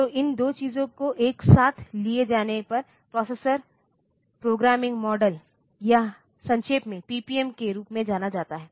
तो इन 2 चीजों को एक साथ लिए जाने पर प्रोसेसर प्रोग्रामिंग मॉडल या संक्षेप में PPM के रूप में जाना जाता है